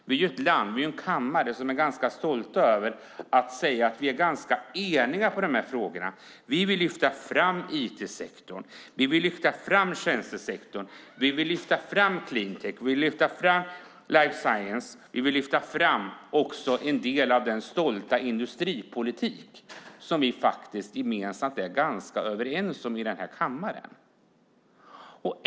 Vi är ett land och en kammare som är ganska stolta över att kunna säga att vi är ganska eniga i de här frågorna. Vi vill lyfta fram IT-sektorn. Vi vill lyfta fram tjänstesektorn. Vi vill lyfta fram clean tech. Vi vill lyfta fram life science. Vi vill också lyfta fram en del av den stolta industripolitik som vi är ganska överens om i den här kammaren.